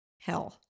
hell